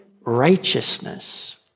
righteousness